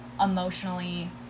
emotionally